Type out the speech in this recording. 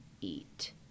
eat